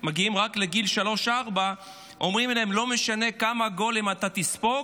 מגיעים לגיל שלוש-ארבע אומרים להם: לא משנה כמה גולים אתה תספוג,